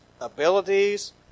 abilities